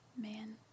Man